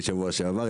אני הייתי שבוע שעבר.